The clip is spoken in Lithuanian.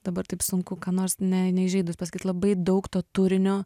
dabar taip sunku ką nors ne neįžeidus pasakyt labai daug to turinio